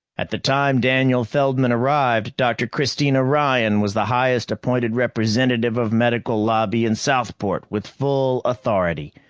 at the time daniel feldman arrived, dr. christina ryan was the highest appointed representative of medical lobby in southport, with full authority.